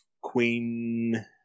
Queen